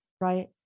right